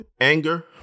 anger